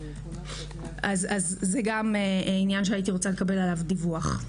זה גם עניין שהייתי רוצה לקבל עליו דיווח.